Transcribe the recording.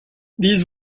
dies